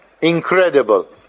incredible